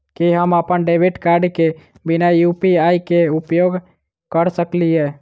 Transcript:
की हम अप्पन debit card केँ बिना यु.पी.आई केँ उपयोग करऽ सकलिये?